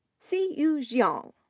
siyu jiang,